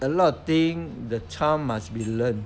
a lot of thing the child must be learn